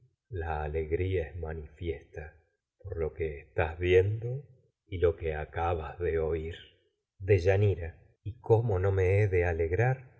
la alegi ia es manifiesta por lo que estás viendo y lo que acabas de oír tragedias de sófocles deyanira tísima y cómo no me he de alegrar